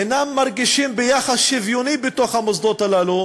אינם מרגישים ביחס שוויוני בתוך המוסדות הללו,